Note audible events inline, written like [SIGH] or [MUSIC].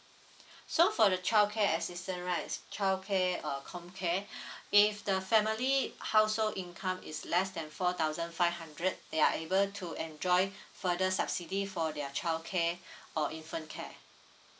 [BREATH] so for the child care assistance right child care uh comcare [BREATH] if the family household income is less than four thousand five hundred they are able to enjoy further subsidy for their child care [BREATH] or infant care